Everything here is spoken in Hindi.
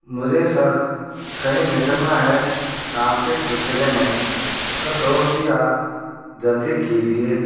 मुझे सर कहीं निकलना है काम के सिलसिले में तो थोड़ी सी आप जल्दी कीजिए